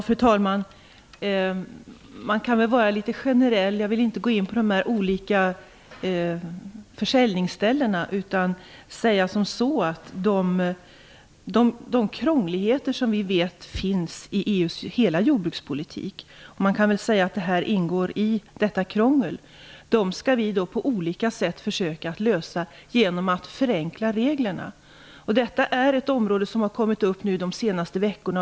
Fru talman! Jag skall vara litet generell. Jag vill inte gå in på de olika försäljningsställena. Vi vet att det finns krångligheter i hela EU:s jordbrukspolitik. Man kan väl säga att den här frågan ingår i detta krångel. På olika sätt skall vi försöka lösa den genom att förenkla reglerna. Detta är en fråga som har kommit upp under de senaste veckorna.